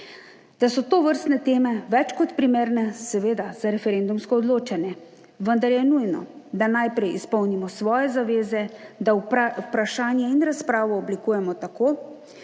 da so tovrstne teme več kot primerne seveda za referendumsko odločanje, vendar je nujno, da najprej izpolnimo svoje zaveze, da vprašanje in razpravo oblikujemo tako,